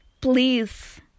please